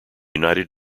united